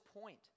point